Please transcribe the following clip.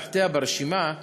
תחתיה ברשימה,